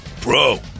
Bro